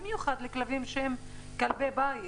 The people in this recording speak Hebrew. במיוחד לכלבי בית.